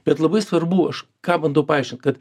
bet labai svarbu aš ką bandau paaiškint kad